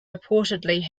reportedly